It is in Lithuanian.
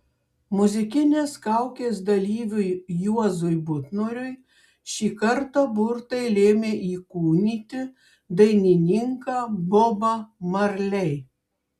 muzikinės kaukės dalyviui juozui butnoriui šį kartą burtai lėmė įkūnyti dainininką bobą marley